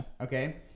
okay